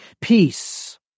peace